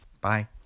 Bye